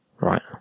right